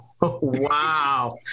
Wow